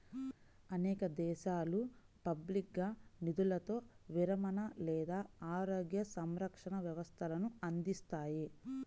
అనేక దేశాలు పబ్లిక్గా నిధులతో విరమణ లేదా ఆరోగ్య సంరక్షణ వ్యవస్థలను అందిస్తాయి